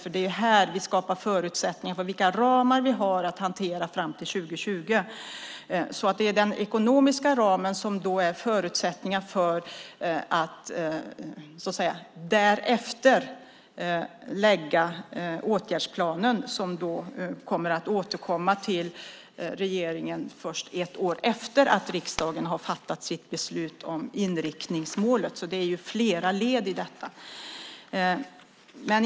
Här skapar vi förutsättningar för vilka ramar vi har fram till 2020. Den ekonomiska ramen är förutsättningen för åtgärdsplanen som återkommer till regeringen först ett år efter det att riksdagen har fattat sitt beslut om inriktningsmålet. Det är alltså flera led i detta.